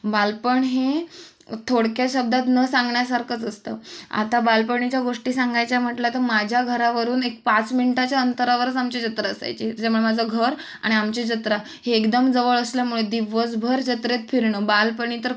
बालपण हे थोडक्या शब्दात न सांगण्यासारखंच असतं आता बालपणीच्या गोष्टी सांगायच्या म्हटल्या तर माझ्या घरावरून एक पाच मिंटाच्या अंतरावरच आमची जत्रा असायची त्याच्यामुळे माझं घर आणि आमची जत्रा ही एकदम जवळ असल्यामुळे दिवसभर जत्रेत फिरणं बालपणी तर